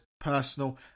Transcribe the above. personal